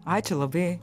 ačiū labai